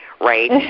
right